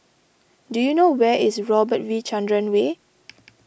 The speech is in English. do you know where is Robert V Chandran Way